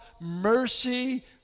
mercy